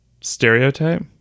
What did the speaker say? stereotype